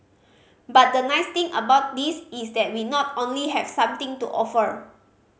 but the nice thing about this is that we not only have something to offer